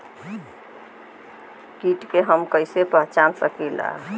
कीट के हम कईसे पहचान सकीला